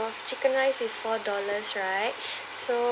chicken rice is four dollars right so